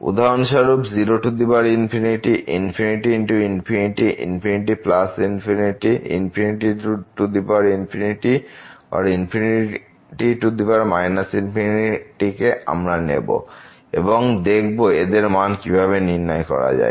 উদাহরণস্বরূপ 0 ∞×∞∞∞ or ∞ কে আমরা নেব এবং দেখব এদের মান কিভাবে নির্ধারণ করা যায়